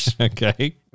Okay